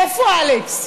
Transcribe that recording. איפה אלכס?